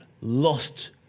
lost